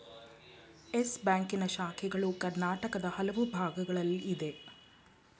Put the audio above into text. Yes ಬ್ಯಾಂಕಿನ ಶಾಖೆಗಳು ಕರ್ನಾಟಕದ ಹಲವು ಭಾಗಗಳಲ್ಲಿ ಇದೆ